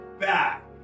back